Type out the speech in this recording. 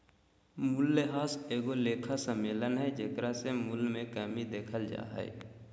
मूल्यह्रास एगो लेखा सम्मेलन हइ जेकरा से मूल्य मे कमी देखल जा हइ